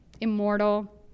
immortal